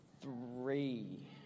three